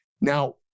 Now